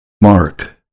mark